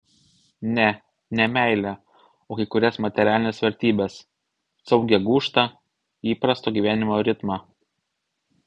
ne ne meilę o kai kurias materialines vertybes saugią gūžtą įprasto gyvenimo ritmą